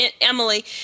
Emily